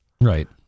Right